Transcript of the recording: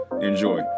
Enjoy